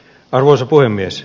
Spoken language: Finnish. arvoisa puhemies